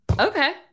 okay